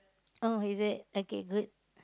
oh is it okay good